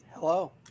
Hello